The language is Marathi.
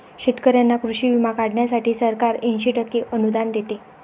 शेतकऱ्यांना कृषी विमा काढण्यासाठी सरकार ऐंशी टक्के अनुदान देते